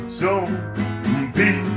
zombie